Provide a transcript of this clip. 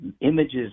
images